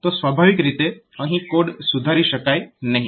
તો સ્વાભાવિક રીતે અહીં કોડ સુધારી શકાય નહિ